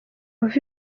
bava